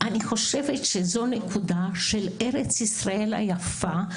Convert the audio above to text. אני חושבת שזו נקודה של ארץ ישראל היפה.